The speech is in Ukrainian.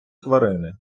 тварини